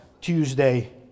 Tuesday